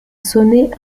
sonnet